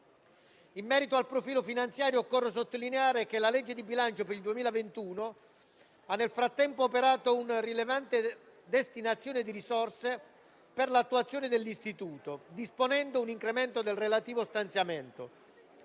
In merito al profilo finanziario, occorre sottolineare che la legge di bilancio del 2021 ha nel frattempo operato una rilevante destinazione di risorse per l'attuazione dell'istituto, disponendo un incremento del relativo stanziamento